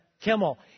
Kimmel